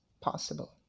possible